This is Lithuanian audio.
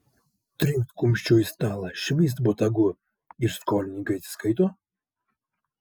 trinkt kumščiu į stalą švyst botagu ir skolininkai atsiskaito